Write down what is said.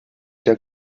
der